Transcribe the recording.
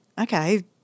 okay